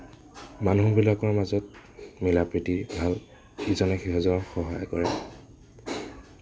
মানুহবিলাকৰ মাজত মিলাপ্ৰীতিৰ ভাৱ ইজনে সিজনক সহায় কৰে